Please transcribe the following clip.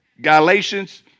Galatians